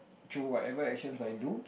through whatever actions I do